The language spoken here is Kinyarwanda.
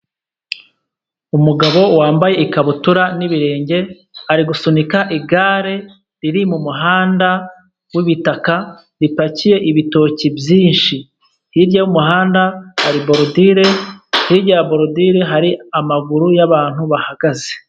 Umugabo wambaye ikabutura n'ibirenge, ari gusunika igare riri mu muhanda wibitaka. Ripakiye ibitoki byinshi. Hirya y'umuhanda hari borudire, hirya ya borudire hari amaguru y'abantu bahagaze.